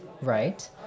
right